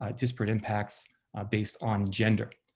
ah disparate impacts based on gender.